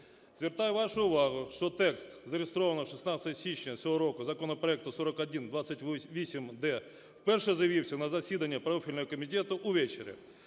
Звертаю вашу увагу, що текст зареєстрованого 16 січня цього року законопроекту 4128-д вперше завівся на засідання профільного комітету увечері